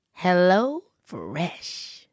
HelloFresh